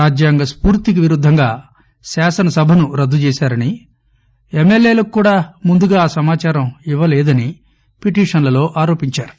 రాజ్యాంగస్పూర్తికివిరుద్దంగాశాసనసభనురద్దుచేశారని ఎమ్మెల్యేలకుకూడాముందుగాఆసమాచారంఇవ్వలేదనిపిటిషన్లలో ఆరోపించారు